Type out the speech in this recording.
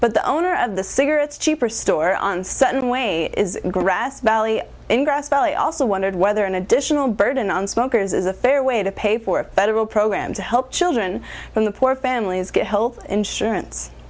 but the owner of the cigarettes cheaper store on certain way is grass valley in grass valley also wondered whether an additional burden on smokers is a fair way to pay for a federal program to help children from the poor families get health insurance